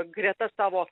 greta savo